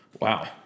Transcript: wow